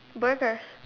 burgers